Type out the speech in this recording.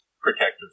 protective